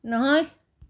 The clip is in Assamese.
নহয়